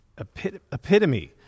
epitome